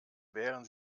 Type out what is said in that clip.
wären